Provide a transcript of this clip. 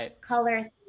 color